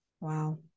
wow